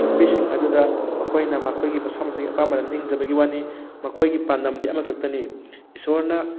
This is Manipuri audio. ꯂꯝꯕꯤꯁꯤꯡ ꯑꯗꯨꯗ ꯃꯈꯣꯏꯅ ꯃꯈꯣꯏꯒꯤ ꯃꯁꯥ ꯃꯁꯥꯒꯤ ꯑꯄꯥꯝꯕꯗ ꯅꯤꯡꯖꯕꯒꯤ ꯋꯥꯅꯤ ꯃꯈꯣꯏꯒꯤ ꯄꯥꯟꯗꯝꯗꯤ ꯑꯃꯈꯛꯇꯅꯤ ꯏꯁꯣꯔꯅ